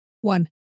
One